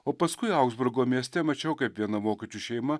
o paskui augsburgo mieste mačiau kaip viena vokiečių šeima